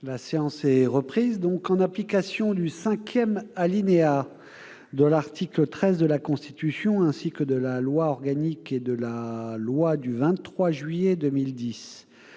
La séance est reprise. En application du cinquième alinéa de l'article 13 de la Constitution, ainsi que de la loi organique n° 2010-837 et de la loi n° 2010-838 du 23 juillet 2010